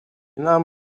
нам